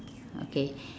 okay